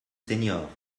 seniors